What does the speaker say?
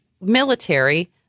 military